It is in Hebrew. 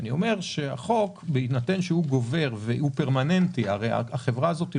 בהינתן שהחוק גובר והוא פרמננטי הרי החברה הזאת היא